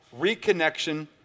reconnection